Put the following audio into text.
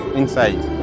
inside